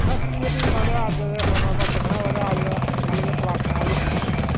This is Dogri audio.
फर्क एह् ऐ फ्ही मतलब अज्जकल दिक्खना होऐ ते मतलब प्लासटिक आह्ली ठीक रौंह्दी